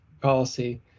policy